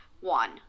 One